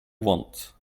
want